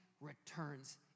returns